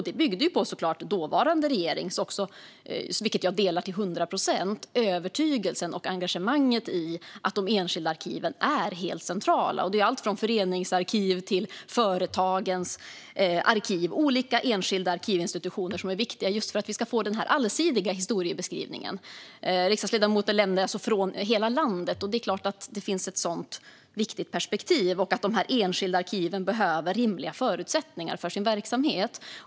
Det byggde såklart på dåvarande regerings övertygelse, vilken jag delar till 100 procent, och engagemang när det gäller att de enskilda arkiven är helt centrala. Det är allt från föreningsarkiv till företagens arkiv - olika enskilda arkivinstitutioner som är viktiga just för att vi ska få en allsidig historiebeskrivning. Riksdagsledamoten nämnde att det handlar om arkiv från hela landet, och det är klart att det perspektivet är viktigt. De här enskilda arkiven behöver rimliga förutsättningar för sin verksamhet.